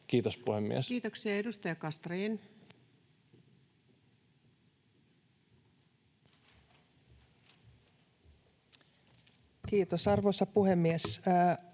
Kiitos, puhemies. Kiitoksia. — Edustaja Castrén. Kiitos, arvoisa puhemies!